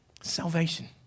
salvation